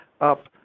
up